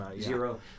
Zero